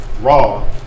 raw